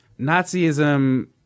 Nazism